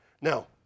Now